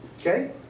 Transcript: Okay